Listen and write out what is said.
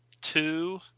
two